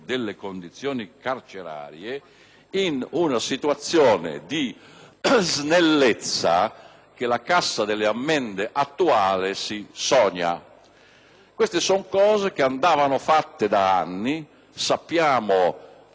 con procedure snelle che la Cassa delle ammende attuale si sogna. Queste sono cose che andavano fatte da anni; sappiamo la sorte dei denari che